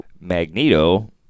Magneto